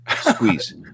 squeeze